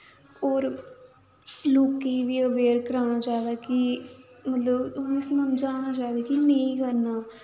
होर लोकें गी बी अवेयर कराना चाहिदा कि मतलब उ'नेंगी समझाना चाहिदा कि नेईं करना